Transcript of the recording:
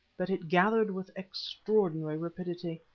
but it gathered with extraordinary rapidity.